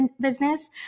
business